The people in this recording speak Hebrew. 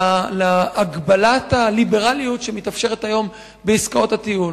להגבלת הליברליות שמתאפשרת היום בעסקאות הטיעון.